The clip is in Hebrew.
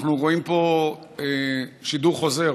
אנחנו רואים פה שידור חוזר